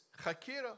Chakira